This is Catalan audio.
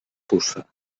puça